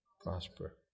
prosper